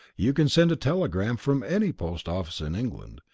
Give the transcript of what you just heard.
you can send a telegram from any post office in england,